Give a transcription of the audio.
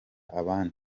abandi